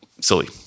silly